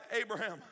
Abraham